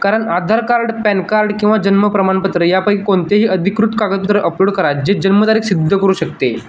कारण Aadhaar card PAN card किंवा जन्म प्रमाणपत्र यापैकी कोणतेही अधिकृत कागदपत्र अपलोड करा जे जन्मतारीख सिद्ध करू शकते